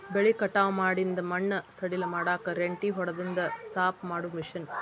ಬೆಳಿ ಕಟಾವ ಮಾಡಿಂದ ಮಣ್ಣ ಸಡಿಲ ಮಾಡಾಕ ರೆಂಟಿ ಹೊಡದಿಂದ ಸಾಪ ಮಾಡು ಮಿಷನ್